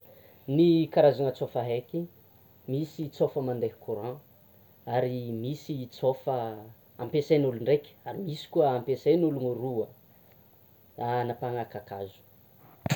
Ny karazana tsôfa haiky, misy tsôfa mandeha courant, misy tsôfa ampisain'olo ndraiky, ary misy koa ampiasain'olona roa, hanapahana kakazo.